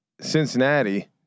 Cincinnati